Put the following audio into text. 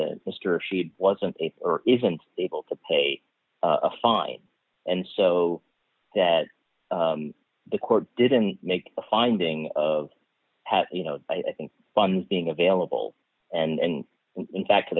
that mr she wasn't or isn't able to pay a fine and so that the court didn't make a finding of you know i think funds being available and in fact